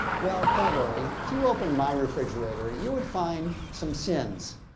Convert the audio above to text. well, don't worry. if you open my refrigerator, you would find some sins.